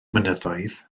mynyddoedd